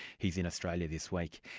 he's in australia this week.